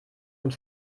und